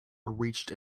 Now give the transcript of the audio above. reached